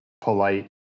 polite